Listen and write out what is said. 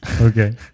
okay